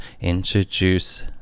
introduce